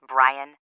Brian